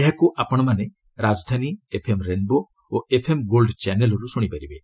ଏହାକୁ ଆପଣମାନେ ରାଜଧାନୀ ଏଫ୍ଏମ୍ ରେନ୍ବୋ ଓ ଏଫ୍ଏମ୍ ଗୋଲ୍ଡ ଚ୍ୟାନେଲ୍ରୁ ଶୁଣିପାରିବେ